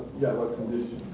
yeah what condition.